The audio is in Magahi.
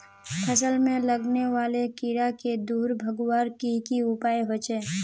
फसल में लगने वाले कीड़ा क दूर भगवार की की उपाय होचे?